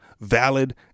valid